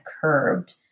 curved